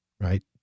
right